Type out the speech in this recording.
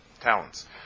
talents